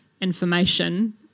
information